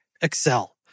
Excel